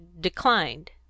declined